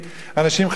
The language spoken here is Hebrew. אנשים חשבו,